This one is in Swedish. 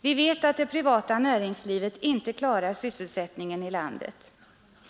Vi vet att det privata näringslivet inte klarar sysselsättningen i landet.